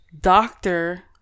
doctor